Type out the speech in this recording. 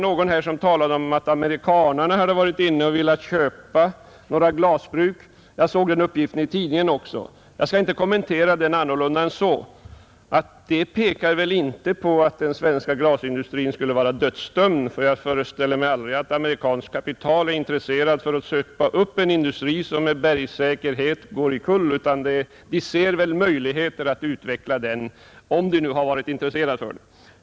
Någon talade här om att amerikanerna hade velat köpa vissa glasbruk. Ja, jag har också sett den uppgiften i tidningarna, och jag skall inte kommentera den på annat sätt än så, att det väl inte tyder på att den svenska glasindustrin skulle vara dödsdömd. Jag föreställer mig nämligen att amerikanskt kapital inte skulle vara intresserat av att söka ta upp en industri som med säkerhet går omkull. Amerikanerna ser väl i så fall möjligheter att utveckla den — om de nu är eller har varit intresserade.